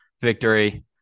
victory